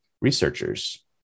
researchers